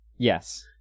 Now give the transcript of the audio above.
Yes